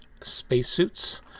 spacesuits